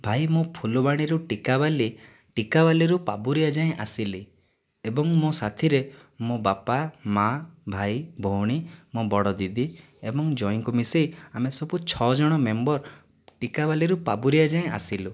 ଭାଇ ମୁଁ ଫୁଲବାଣୀରୁ ଟୀକାବାଲି ଟୀକାବାଲିରୁ ପାବୁରିଆ ଯାଏଁ ଆସିଲି ଏବଂ ମୋ ସାଥିରେ ମୋ ବାପା ମା ଭାଇ ଭଉଣୀ ମୋ ବଡ଼ ଦିଦି ଏବଂ ଜ୍ୱାଇଁଙ୍କୁ ମିଶାଇ ଆମେ ସବୁ ଛଅ ଜଣ ମେମ୍ବର ଟୀକାବାଲିରୁ ପାବୁରିଆ ଯାଏଁ ଆସିଲୁ